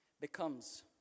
becomes